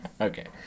Okay